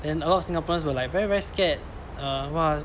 and a lot of singaporeans were like very very scared err !wah!